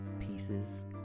pieces